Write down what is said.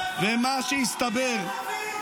ומה שהסתבר ------ כל היישובים?